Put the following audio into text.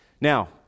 Now